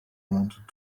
wanted